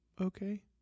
okay